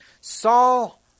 Saul